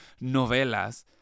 novelas